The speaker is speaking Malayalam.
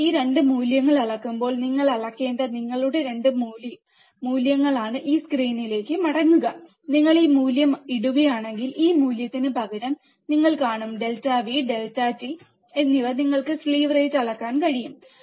നിങ്ങൾ ഈ 2 മൂല്യങ്ങൾ അളക്കുമ്പോൾ നിങ്ങൾ അളക്കേണ്ട നിങ്ങളുടെ 2 മൂല്യങ്ങളാണ് ഈ സ്ക്രീനിലേക്ക് മടങ്ങുക നിങ്ങൾ ഈ മൂല്യം ഇടുകയാണെങ്കിൽ ഈ മൂല്യത്തിന് പകരമായി നിങ്ങൾ കാണും ഡെൽറ്റ വി ഡെൽറ്റ ടി എന്നിവയിൽ നിങ്ങൾക്ക് സ്ലീവ് നിരക്ക് അളക്കാൻ കഴിയും